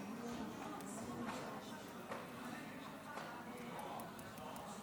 אני קובע כי הצעת חוק הנצחת זכרם של קורבנות הטבח בכפר